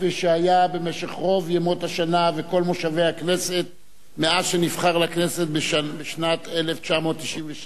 כפי שהיה במשך רוב ימות השנה וכל מושבי הכנסת מאז נבחר לכנסת בשנת 1996,